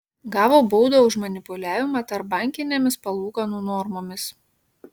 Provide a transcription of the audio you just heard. gavo baudą už manipuliavimą tarpbankinėmis palūkanų normomis